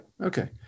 Okay